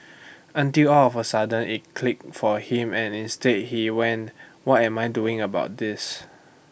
until all of A sudden IT click for him and instead he went what am I doing about this